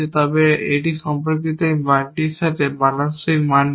তবে এটি সম্পর্কিত এই মানটির সাথে মানানসই মান নেই